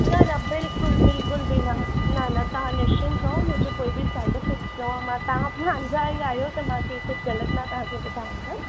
न न बिल्कुलु बिल्कुल बि न न न तव्हां निश्चिंत रहो हुन जो कोई बि साइड इफैक्ट्स न उहो मां तव्हां पंहिंजा ई आहियो त मां कुझु ग़लति न तव्हांखे ॿुधाईंदमि